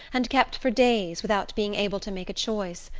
and kept for days, without being able to make a choice.